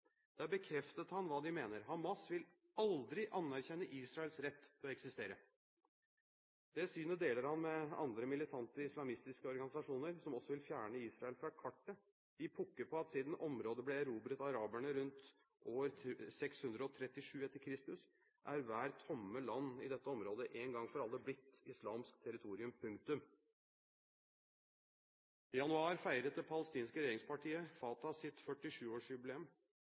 bekreftet han hva de mener: Hamas vil aldri anerkjenne Israels rett til å eksistere! Det synet deler han med andre militante islamistiske organisasjoner som også vil fjerne Israel fra kartet. De pukker på at siden området ble erobret av araberne rundt år 637 etter Kristus, er hver tomme land i dette området en gang for alle blitt islamsk territorium. Punktum! I januar feiret det palestinske regjeringspartiet Fatah sitt